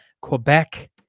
Quebec